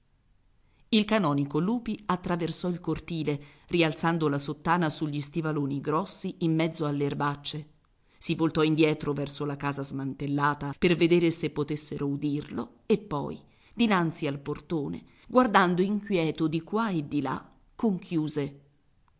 il canonico lupi attraversò il cortile rialzando la sottana sugli stivaloni grossi in mezzo alle erbacce si voltò indietro verso la casa smantellata per veder se potessero udirlo e poi dinanzi al portone guardando inquieto di qua e di là conchiuse